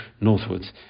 northwards